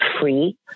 free